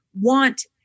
want